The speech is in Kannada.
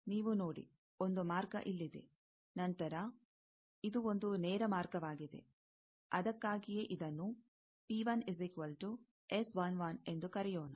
ನೀವು ನೋಡಿ ಒಂದು ಮಾರ್ಗ ಇಲ್ಲಿದೆ ನಂತರ ಇದು ಒಂದು ನೇರ ಮಾರ್ಗವಾಗಿದೆ ಅದಕ್ಕಾಗಿಯೇ ಇದನ್ನು ಎಂದು ಕರೆಯೋಣ